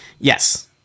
Yes